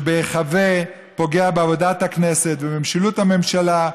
שבהיחבא פוגע בעבודת הכנסת ובמשילות הממשלה.